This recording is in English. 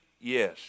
Yes